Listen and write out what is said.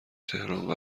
تهران